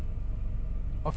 ah